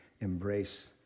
embrace